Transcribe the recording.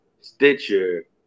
Stitcher